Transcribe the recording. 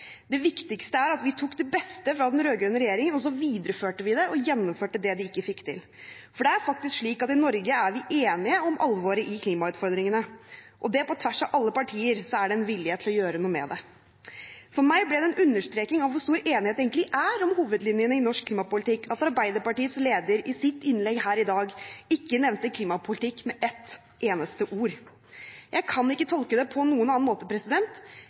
det viktigste. Det viktigste er at vi tok det beste fra den rød-grønne regjeringen og så videreførte og gjennomførte det de ikke fikk til. For det er faktisk slik at i Norge er vi enige om alvoret i klimautfordringene, og på tvers av alle partier er det en vilje til å gjøre noe med det. For meg ble det en understreking av hvor stor enighet det egentlig er om hovedlinjene i norsk klimapolitikk, da Arbeiderpartiets leder i sitt innlegg her i dag ikke nevnte klimapolitikk med ett eneste ord. Jeg kan ikke tolke det på noen annen måte